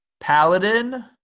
Paladin